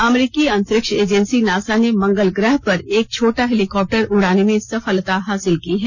अमरीकी अंतरिक्ष agency NASA ने मंगल ग्रह पर एक छोटा हेलिकॉप्टर उड़ाने में सफलता हासिल की है